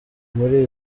muri